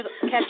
catch